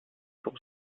pour